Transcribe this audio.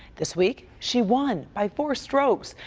this week, she won by four strokes.